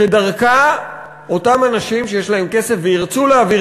שדרכה אותם אנשים שיש להם כסף וירצו להעביר